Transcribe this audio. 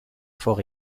forts